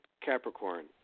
Capricorn